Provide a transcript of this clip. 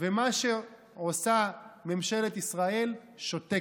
ומה שעושה ממשלת ישראל, שותקת.